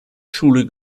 schule